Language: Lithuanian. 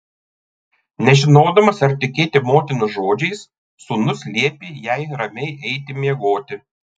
nežinodamas ar tikėti motinos žodžiais sūnus liepė jai ramiai eiti miegoti